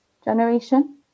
generation